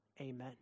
amen